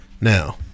Now